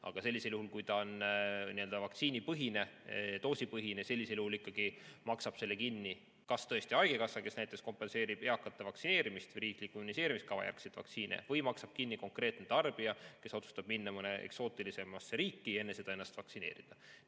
Aga sellisel juhul, kui see on nii-öelda vaktsiinipõhine, doosipõhine, ikkagi maksab selle kinni kas haigekassa, kes näiteks kompenseerib eakate vaktsineerimist või riikliku immuniseerimiskava järgseid vaktsiine, või maksab kinni konkreetne tarbija, kes otsustab minna mõnesse eksootilisematesse riiki ja enne seda ennast vaktsineerida.